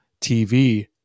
TV